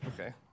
okay